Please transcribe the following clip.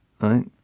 right